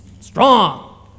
Strong